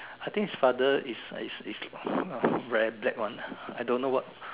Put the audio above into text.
I think his father is uh is is uh very black one lah I don't know what